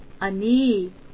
Ani